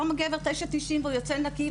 למה גבר צריך לשלם 9.90 שקלים והוא יוצא נקי,